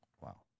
Wow